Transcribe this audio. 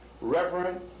Reverend